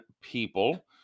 people